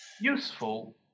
Useful